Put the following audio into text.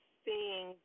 seeing